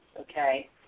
okay